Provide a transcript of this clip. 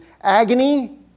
agony